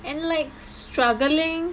and like struggling